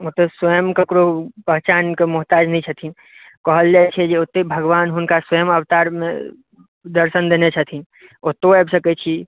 ओ तऽ स्वयं ककरो पहचान के मोहताज नहि छथिन कहल जाइ छै ओतै भगवान हुनका स्वयं अवतारमे दर्शन देने छथिन ओतौ आबि सकै छी